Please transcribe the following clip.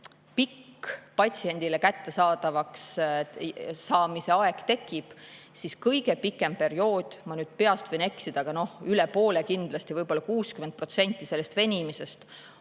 pikk patsiendile kättesaadavaks saamise aeg tekib, siis kõige pikem periood, ma nüüd peast [öeldes] võin eksida, aga üle poole kindlasti, võib-olla 60% sellest venimisest